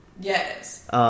Yes